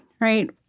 right